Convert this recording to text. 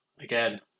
Again